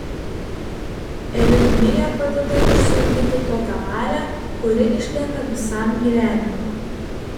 euritmija padeda išsiugdyti tokią valią kuri išlieka visam gyvenimui